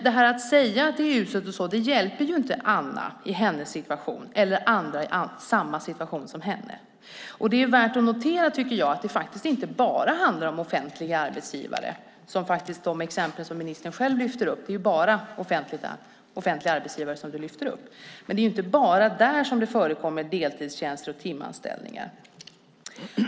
Detta att säga att det är uselt hjälper inte Anna eller andra i samma situation. Det är värt att notera att det faktiskt inte bara handlar om offentliga arbetsgivare, som är de exempel som ministern själv lyfter fram. Det är ju bara offentliga arbetsgivare som du lyfter fram, men det är inte bara där som det förekommer deltidstjänster och timanställningar.